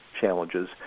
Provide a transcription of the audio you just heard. challenges